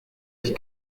ich